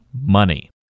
money